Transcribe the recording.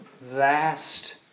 vast